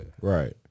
Right